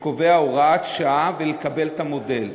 שקובע הוראת שעה ולקבל את המודל,